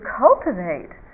cultivate